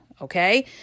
Okay